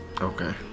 Okay